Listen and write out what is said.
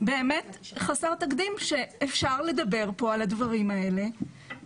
באמת חסר תקדים שאפשר לדבר פה על הדברים האלה.